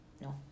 No